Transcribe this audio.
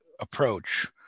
approach